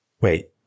Wait